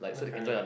okay